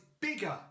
bigger